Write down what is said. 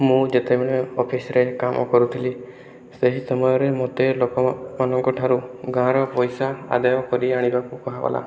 ମୁଁ ଯେତେବେଳେ ଅଫିସରେ କାମ କରୁଥିଲି ସେହି ସମୟରେ ମୋତେ ଲୋକମାନଙ୍କ ଠାରୁ ଗାଁ ର ପଇସା ଆଦାୟ କରି ଆଣିବାକୁ କୁହାଗଲା